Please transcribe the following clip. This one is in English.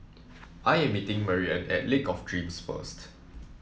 I am meeting Marianne at Lake of Dreams first